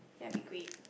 that will be great